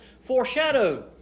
foreshadowed